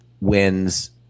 wins